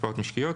השפעות משקיות),